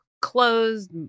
closed